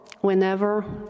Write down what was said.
whenever